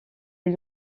les